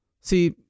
See